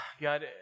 God